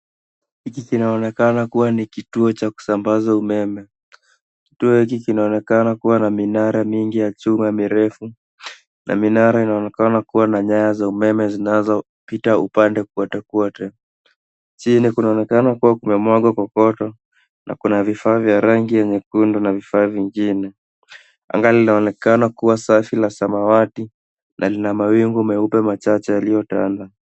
Hiki kinaonekana kuwa ni kituo cha kusambaza umeme. Kituo hiki kinaonekana kuwa na minara mingi ya chuma mirefu na minara inaonekana kuwa na nyaya za umeme zinazopita upande wa kwote kwote. Chini kunaonekana kuwa kuna mwanga kokoto na kuna vifaa vya rangi ya nyekundu na vifaa vingine. Anga linaonekana kuwa safi la samawati na lina mawingu meupe machache yaliyotanda.